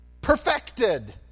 perfected